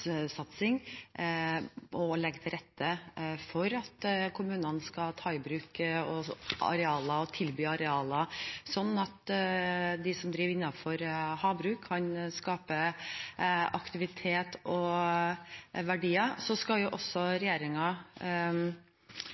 og ved å legge til rette for at kommunene skal ta i bruk og tilby arealer, sånn at de som driver innenfor havbruk, kan skape aktivitet og verdier. Så skal regjeringen også